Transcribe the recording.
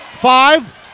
Five